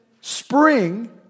spring